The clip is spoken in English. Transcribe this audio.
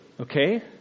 Okay